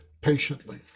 patiently